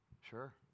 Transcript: Sure